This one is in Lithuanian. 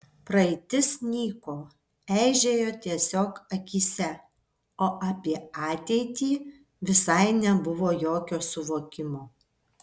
praeitis nyko eižėjo tiesiog akyse o apie ateitį visai nebuvo jokio suvokimo